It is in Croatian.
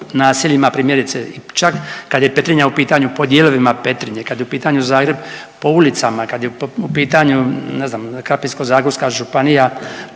naseljima primjerice čak kad je Petrinja u pitanju po dijelovima Petrinje, kad je u pitanju Zagreb po ulicama, kad je u pitanju ne znam Krapinsko-zagorska županijama